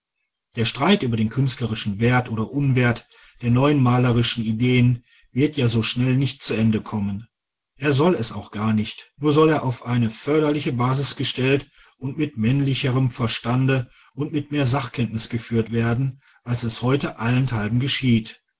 der streit über den künstlerischen wert oder unwert der neuen malerischen ideen wird ja so schnell nicht zu ende kommen er soll es auch gar nicht nur soll er auf eine förderliche basis gestellt und mit männlicherem verstand und mit mehr sachkenntnis geführt werden als es heute allenthalben geschieht